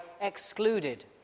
excluded